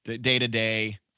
day-to-day